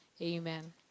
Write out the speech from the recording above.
amen